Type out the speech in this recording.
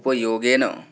उपयोगेन